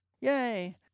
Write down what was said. yay